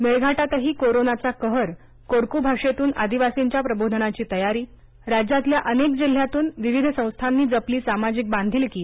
मेळघाटातही कोरोनाचा कहर कोरकू भाषेतून आदिवासींच्या प्रबोधनाची तयारी राज्यातल्या अनेक जिल्ह्यांतून विविध संस्थांनी जपली सामाजिक बांधिलकी